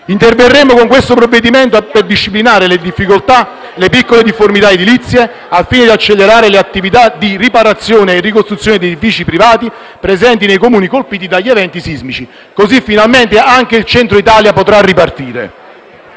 Interverremo con questo provvedimento per disciplinare le piccole difformità edilizie al fine di accelerare le attività di riparazione e ricostruzione degli edifici privati presenti nei Comuni colpiti dagli eventi sismici, così finalmente anche il Centro Italia potrà ripartire.